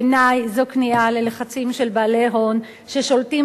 בעיני זו כניעה ללחצים של בעלי הון ששולטים